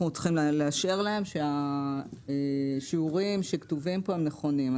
צריכים לאשר להם שהשיעורים שכתובים פה הם נכונים.